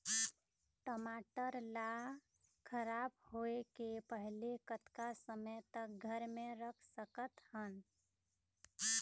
टमाटर ला खराब होय के पहले कतका समय तक घर मे रख सकत हन?